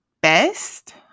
best